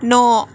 न'